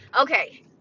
Okay